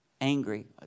angry